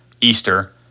Easter